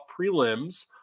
prelims